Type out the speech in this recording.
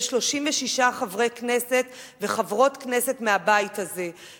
36 חברי כנסת וחברות כנסת מהבית הזה,